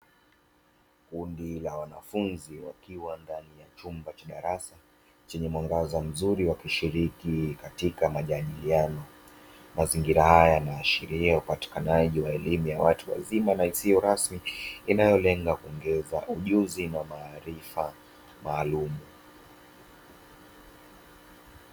Kundi la wanafunzi wakiwa ndani ya chumba cha darasa chenye mwangaza mzuri wakishiriki katika majadiliano. Mazingira haya yanaashiria upatikanaji wa elimu ya watu wazima na isiyo rasmi inayolenga kuongeza ujuzi na maarifa maalumu.